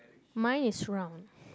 mine is round